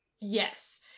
Yes